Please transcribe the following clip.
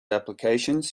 applications